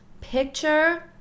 Picture